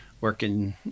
working